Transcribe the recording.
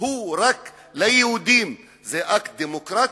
והוא רק ליהודים, זה אקט דמוקרטי?